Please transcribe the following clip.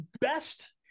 best